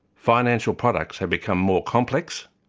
financial products have become more complex,